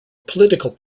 political